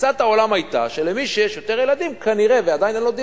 תפיסת העולם היתה שלמי שיש יותר ילדים ועדיין אין לו דירה,